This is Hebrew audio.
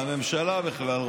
והממשלה בכלל,